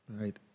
Right